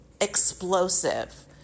explosive